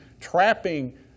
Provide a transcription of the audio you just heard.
trapping